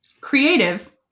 creative